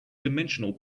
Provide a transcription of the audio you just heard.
dimensional